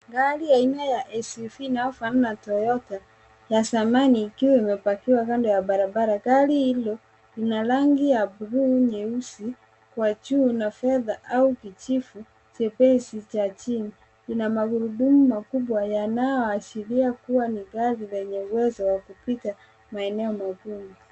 Gari aina ya ACV inayofanana na Toyota ya zamani ikiwa imepakiwa kando ya barabara. Gari hilo lina rangi ya buluu, nyeusi wa juu na fedha au kijivu jepesi cha chini. Lina magurudumu makubwa yanayoashiria kuwa ni gari lenye uwezo wa kupitia maeneo magumu.